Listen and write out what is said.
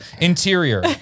Interior